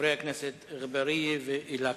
חברי הכנסת אגבאריה ואילטוב.